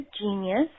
genius